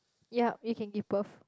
ya you can give birth